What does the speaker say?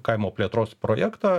kaimo plėtros projektą